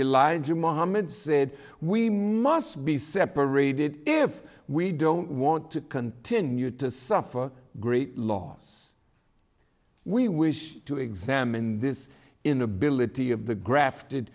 elijah mohammed said we must be separated if we don't want to continue to suffer great loss we wish to examine this inability of the grafted